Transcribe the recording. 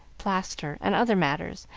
plaster, and other matters,